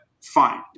Fine